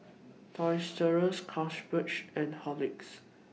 Toys Rus Carlsberg and Horlicks